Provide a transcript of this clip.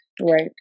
Right